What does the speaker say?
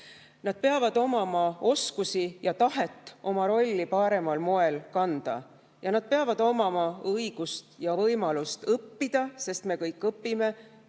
Nad peavad omama oskusi ja tahet oma rolli parimal moel kanda ja nad peavad omama õigust ja võimalust õppida – sest me kõik õpime